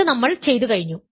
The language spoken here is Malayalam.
അത് നമ്മൾ ചെയ്തുകഴിഞ്ഞു